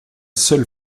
seule